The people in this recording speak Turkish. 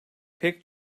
pek